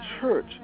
church